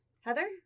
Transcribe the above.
Heather